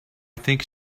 think